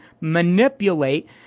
manipulate